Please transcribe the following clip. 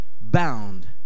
bound